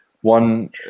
one